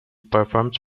performs